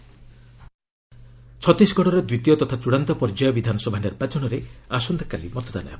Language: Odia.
ଇଲେକ୍ସନ୍ ଅପ୍ଡେଟସ୍ ଛତିଶଗଡ଼ର ଦ୍ୱିତୀୟ ତଥା ଚୂଡ଼ାନ୍ତ ପର୍ଯ୍ୟାୟ ବିଧାନସଭା ନିର୍ବାଚନରେ ଆସନ୍ତାକାଲି ମତଦାନ ହେବ